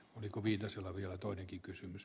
oliko viinasella vielä toinenkin kysymys